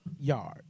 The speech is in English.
yard